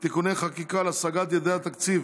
(תיקוני חקיקה להשגת יעדי התקציב